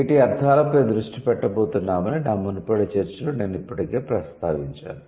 వీటి అర్థాలపై దృష్టి పెట్టబోతున్నామని నా మునుపటి చర్చలో నేను ఇప్పటికే ప్రస్తావించాను